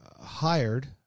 hired